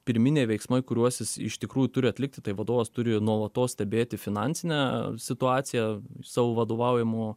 pirminiai veiksmai kuriuos jis iš tikrųjų turi atlikti tai vadovas turi nuolatos stebėti finansinę situaciją savo vadovaujamo